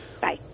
Bye